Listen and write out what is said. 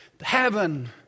heaven